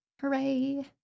Hooray